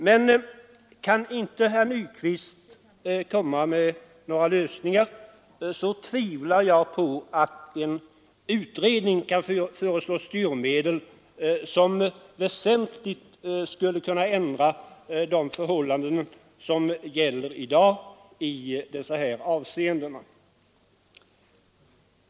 Men kan inte herr Nyquist komma med några lösningar, så tvivlar jag på att en utredning kan föreslå styrmedel som väsentligt skulle kunna ändra de förhållanden som i dag gäller i dessa avseenden.